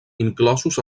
inclosos